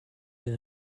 been